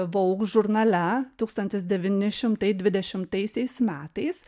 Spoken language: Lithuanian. vogue žurnale tūkstantis devyni šimtai dvidešimtaisiais metais